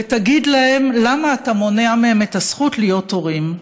ותגיד להם למה אתה מונע מהם את הזכות להיות הורים.